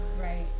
Right